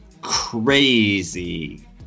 crazy